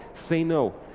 say no.